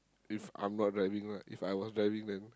if I'm not driving lah If I was driving then